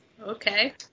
Okay